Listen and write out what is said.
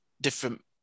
different